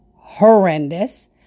horrendous